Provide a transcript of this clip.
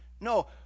No